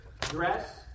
dress